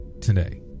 today